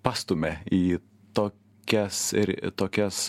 pastumia į tokias ir į tokias